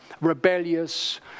rebellious